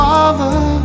Father